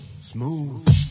Smooth